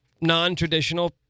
non-traditional